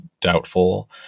doubtful